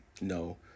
no